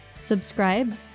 Subscribe